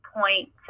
Point